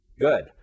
Good